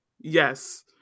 Yes